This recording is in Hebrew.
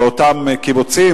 באותם קיבוצים,